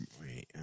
Wait